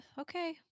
Okay